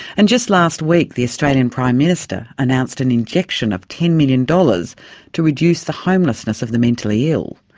and just last week the australian prime minister announced an injection of ten million dollars to reduce the homelessness of the mentally ill.